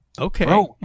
okay